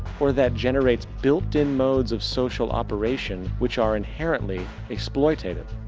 or that generates built-in modes of social operation, wich are inherently exploited?